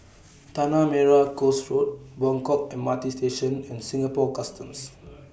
Tanah Merah Coast Road Buangkok M R T Station and Singapore Customs